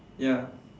ya